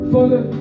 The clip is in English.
Father